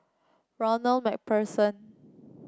Ronald MacPherson